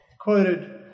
quoted